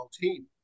team